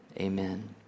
Amen